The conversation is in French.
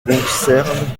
concerne